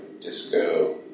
disco